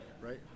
right